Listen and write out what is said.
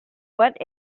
what